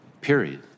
period